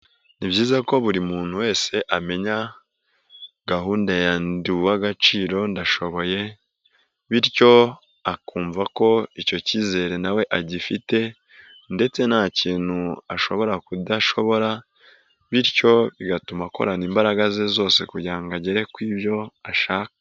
Ni byiza ko buri muntu wese amenya gahunda ya ndi uw'agaciro, ndashoboye bityo akumva ko icyo cyizere na we agifite ndetse nta kintu ashobora kudashobora bityo bigatuma akorana imbaraga ze zose kugira ngo agere ku byo ashaka.